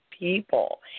People